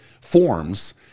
forms